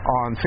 on